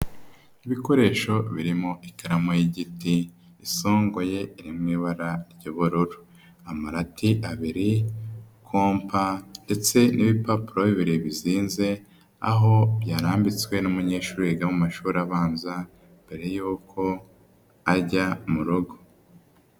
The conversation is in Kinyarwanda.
Ibikoresho birimo ikaramu y'igiti isongoye iri mu ibara ry'ubururu, amarati abiri, kompa ndetse n'ibipapuro bibiri bisize aho yararambitswe n'umunyeshuri wiga mu mashuri abanza mbere y'uko ajya mu rugo.